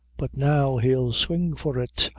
but now he'll swing for it,